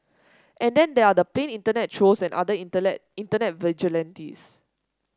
and then there are the plain internet trolls and other internet internet vigilantes